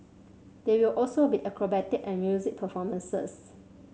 there will also be acrobatic and music performances